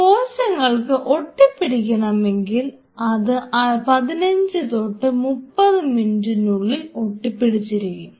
കോശങ്ങൾക്ക് ഒട്ടി പിടിക്കണമെങ്കിൽ അത് 15 തൊട്ട് 30 മിനിറ്റിനുള്ളിൽ ഒട്ടിപ്പിടിച്ചിരിക്കും